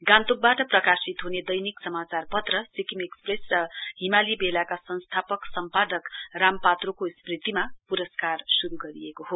गान्तोकबाट प्रकाशित हुने दैनिक समाचारपत्र सिक्किम एक्सप्रेस र हिमाली बेलाका संस्थापक सम्पादक राम पात्रोको स्मृतिमा पुरस्कार शुरू गरिएको हो